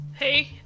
Hey